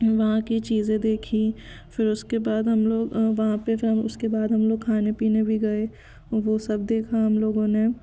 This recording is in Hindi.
वहाँ की चीज़ें देखी फिर उसके बाद हम लोग वहाँ पे से हम उसके बाद हम लोग खाने पीने भी गए वो सब देखा हम लोगों ने